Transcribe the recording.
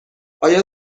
آیا